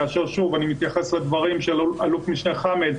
כאשר שוב אני מתייחס לדברים של אלוף משנה חאמד,